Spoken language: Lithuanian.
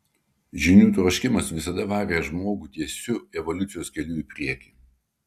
žinių troškimas visada varė žmogų tiesiu evoliucijos keliu į priekį